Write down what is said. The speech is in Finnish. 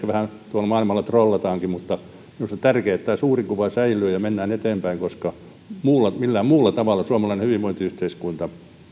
tuolla maailmalla trollataankin mutta minusta on tärkeää että tämä suuri kuva säilyy ja mennään eteenpäin koska millään muulla tavalla suomalaista hyvinvointiyhteiskuntaa